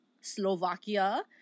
Slovakia